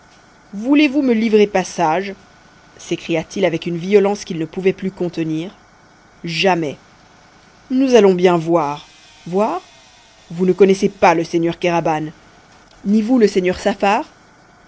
voulez-vous me livrer passage s'écria-t-il avec une violence qu'il ne pouvait plus contenir jamais nous allons bien voir voir vous ne connaissez pas le seigneur kéraban ni vous le seigneur saffar